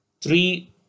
three